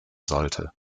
sollte